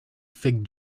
fig